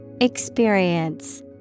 Experience